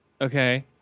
okay